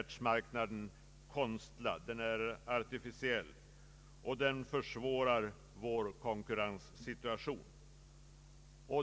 Detta försvårar vår konkurrenssituation.